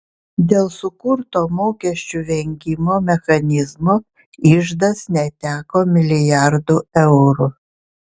dėl sukurto mokesčių vengimo mechanizmo iždas neteko milijardų eurų